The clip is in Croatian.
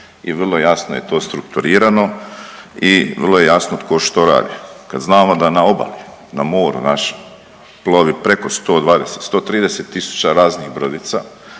i vrlo jasno je to strukturirano i vrlo je jasno tko što radi. Kad znamo da na obali, na moru našem plovi preko 120, 130.000 raznih brodica,